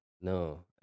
No